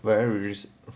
where and release